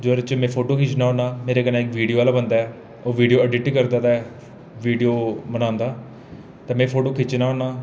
जोह्दे च में फोटो खिच्चना होन्नां मेरे कन्नै इक विडियो आह्ला बंदा होंदा ऐ और विड़ियो अडिट करदा विड़ियो बनांदा ते में फोटो खिचना होन्नां